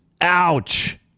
Ouch